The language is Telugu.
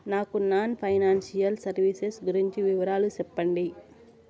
నాకు నాన్ ఫైనాన్సియల్ సర్వీసెస్ గురించి వివరాలు సెప్పండి?